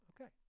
okay